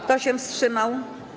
Kto się wstrzymał?